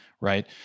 right